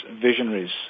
visionaries